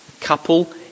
couple